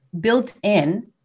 built-in